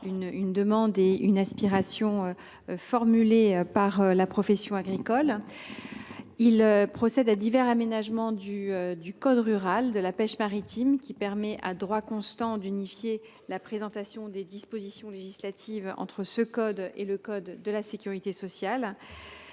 une demande formulée par la profession agricole. Cet article procède à divers aménagements du code rural et de la pêche maritime qui permettent, à droit constant, d’unifier la présentation de ses dispositions législatives et de celles du code de la sécurité sociale.